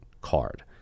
card